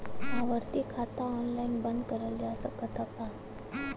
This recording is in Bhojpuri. आवर्ती खाता ऑनलाइन बन्द करल जा सकत ह का?